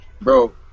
Bro